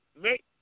make